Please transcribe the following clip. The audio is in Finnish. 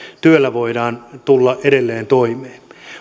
työllä voidaan tulla edelleen toimeen